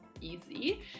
easy